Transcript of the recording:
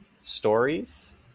stories